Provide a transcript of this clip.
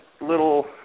little